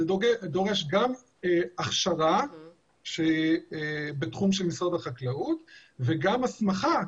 זה דורש גם הכשרה בתחום משרד החקלאות וגם הסמכה,